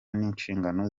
n’inshingano